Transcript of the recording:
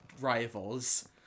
rivals